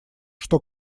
что